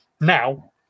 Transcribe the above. now